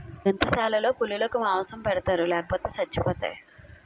జంతుశాలలో పులులకు మాంసం పెడతారు లేపోతే సచ్చిపోతాయి